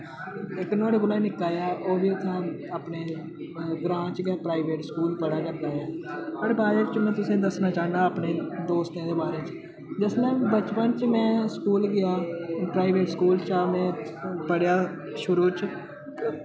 इक नुआढ़े कोला निक्का ऐ ओह् बी उत्थें अपने ग्रांऽ च गै प्राइवेट स्कूल पढ़ा करदा ऐ तुसेंगी दस्सना चाह्न्नां अपनी दोस्तेंं दे बारे च जिसलै बचपन च मैं स्कूल गेआ प्राइवेट स्कूल चा में पढ़ेआ शुरू च